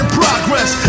progress